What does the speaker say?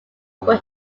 open